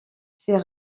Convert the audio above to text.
ses